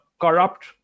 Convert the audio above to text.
corrupt